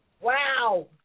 wow